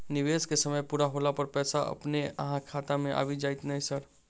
निवेश केँ समय पूरा होला पर पैसा अपने अहाँ खाता मे आबि जाइत नै सर?